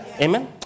Amen